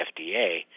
FDA